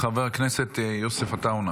חבר הכנסת יוסף עטאונה,